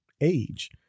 age